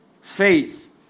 faith